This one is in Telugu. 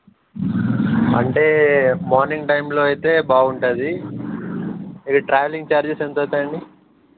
అంటే మార్నింగ్ టైంలో అయితే బాగుంటుంది ఇవి ట్రావెలింగ్ చార్జెస్ ఎంత అవుతాయండి